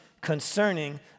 concerning